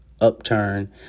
Upturn